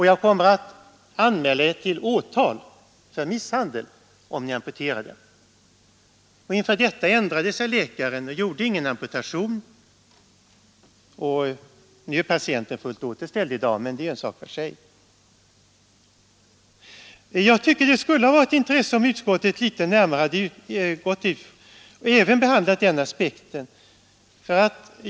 Jag kommer att anmäla er till åtal för misshandel om ni amputerar.” Inför detta ändrade sig läkarna och gjorde ingen amputation. Nu är patienten fullt återställd, vilket är en sak för sig. Jag tycker det skulle ha varit av intresse, om utskottet litet närmare behandlat även denna aspekt.